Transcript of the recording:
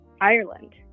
ireland